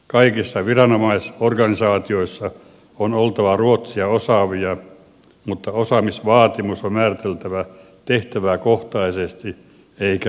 kaikissa viranomaisorganisaatioissa on oltava ruotsia osaavia mutta osaamisvaatimus on määriteltävä tehtäväkohtaisesti eikä yleisesti